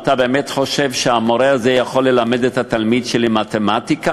אתה באמת חושב שהמורה הזה יכול ללמד את התלמיד שלי מתמטיקה?